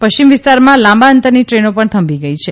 પશ્ચિમ વિસ્તારમાં લાંબા અંતરની ટ્રેનો પણ થંભી ગઇ છે